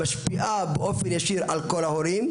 משפיע באופן ישיר על כל ההורים,